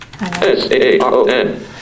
S-A-R-O-N